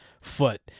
foot